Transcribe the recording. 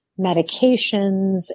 medications